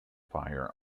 fire